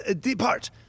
depart